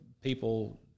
people